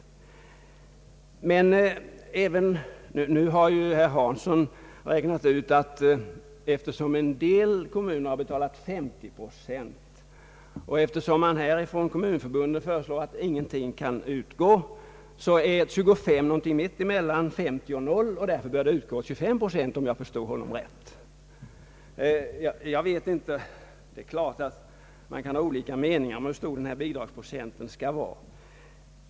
Om jag förstår herr Torsten Hansson rätt, har han räknat ut att eftersom en del kommuner har betalt 50 procent och eftersom kommunförbunden föreslår att ingenting skall utgå och 25 är någonting mitt emellan 50 och 0, så bör 25 procent utgå i bidrag. Det är klart att man kan ha olika meningar om hur stor denna bidragsprocent skall vara.